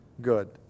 good